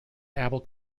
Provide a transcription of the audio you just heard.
apple